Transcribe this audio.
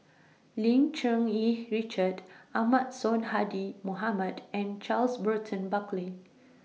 Lim Cherng Yih Richard Ahmad Sonhadji Mohamad and Charles Burton Buckley